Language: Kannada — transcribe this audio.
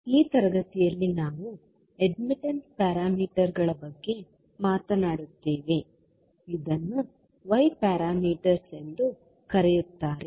ಈ ತರಗತಿಯಲ್ಲಿ ನಾವು ಅಡ್ಮಿಟ್ಟನ್ಸ್ ಪ್ಯಾರಾಮೀಟರ್ಗಳ ಬಗ್ಗೆ ಮಾತನಾಡುತ್ತೇವೆ ಇದನ್ನು y ಪ್ಯಾರಾಮೀಟರ್ಸ್ ಎಂದೂ ಕರೆಯುತ್ತಾರೆ